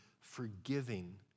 forgiving